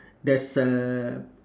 there's a